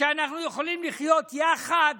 שאנחנו יכולים לחיות יחד?